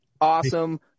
awesome –